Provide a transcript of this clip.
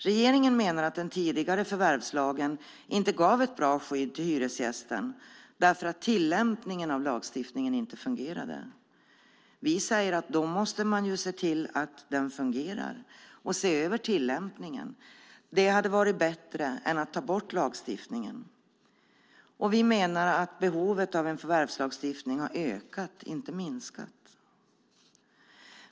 Regeringen menar att den tidigare förvärvslagen inte gav ett bra skydd till hyresgästen därför att tillämpningen av lagstiftningen inte fungerade. Vi säger att man då måste se till att den fungerar och se över tillämpningen. Det hade varit bättre än att ta bort lagstiftningen. Vi menar att behovet av en förvärvslagstiftning har ökat, inte minskat.